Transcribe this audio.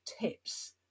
tips